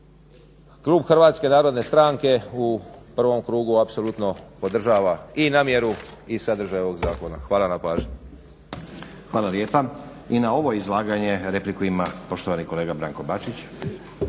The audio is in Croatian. Klub HNS-a u prvom krugu apsolutno podržava i namjeru i sadržaj ovog zakona. Hvala na pažnji. **Stazić, Nenad (SDP)** Hvala lijepa. I na ovo izlaganje repliku ima poštovani kolega Branko Bačić.